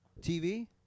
TV